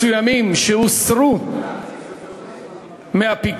מסוימים שהוסרו מהפיקוח,